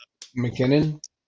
McKinnon